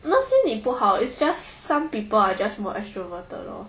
not say 你不好 it's just some people are just more extroverted lor